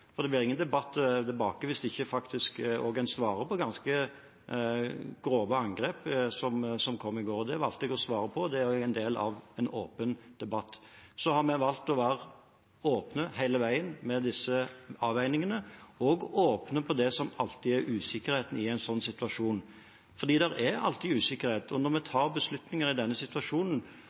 for det blir ingen debatt hvis man ikke faktisk også svarer på ganske grove angrep, som det som kom i går. Det valgte jeg å svare på, det er også en del av en åpen debatt. Vi har valgt hele veien å være åpne på disse avveiningene, og åpne på det som alltid er usikkerheten i en sånn situasjon, for det er alltid usikkerhet. Og når vi tar beslutninger i denne situasjonen,